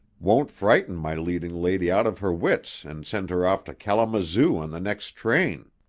won't frighten my leading lady out of her wits and send her off to kalamazoo on the next train.